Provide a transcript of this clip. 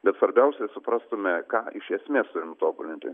bet svarbiausia suprastume ką iš esmės turim tobulinti